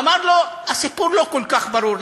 אמר לו: הסיפור לא כל כך ברור,